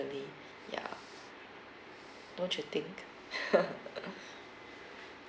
ya don't you think